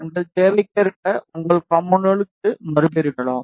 உங்கள் தேவைக்கேற்ப உங்கள் காம்போனென்ட்களுக்கு மறுபெயரிடலாம்